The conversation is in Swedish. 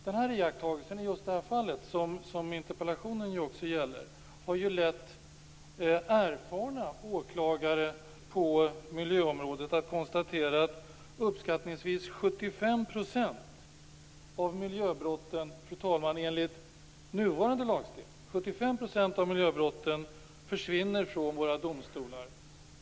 Den här iakttagelsen i just det fall som interpellationen gäller har lett erfarna åklagare på miljöområdet till att konstatera att uppskattningsvis 75 % av miljöbrotten försvinner från våra domstolar, enligt nuvarande lagstiftning.